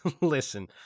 listen